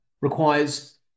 requires